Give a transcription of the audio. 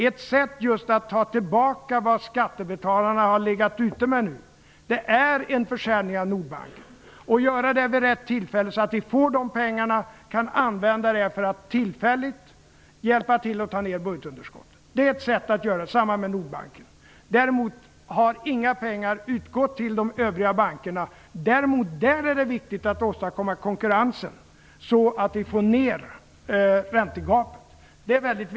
Ett sätt att ge tillbaka till skattebetalarna de pengar de har legat ute med är genom en försäljning av Nordbanken. Försäljningen skall göras vid rätt tillfälle så att pengarna sedan kan användas för att tillfälligt hjälpa till att minska budgetunderskottet. Däremot har inga pengar utgått till de övriga bankerna. Det är viktigt att åstadkomma konkurrensen så att räntegapet minskas.